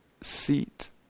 seat